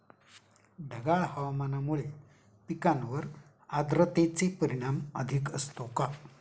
ढगाळ हवामानामुळे पिकांवर आर्द्रतेचे परिणाम अधिक असतो का?